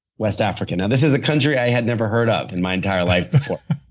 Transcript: west africa. now, this is a country i had never heard of in my entire life before.